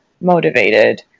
motivated